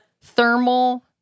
thermal